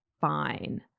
fine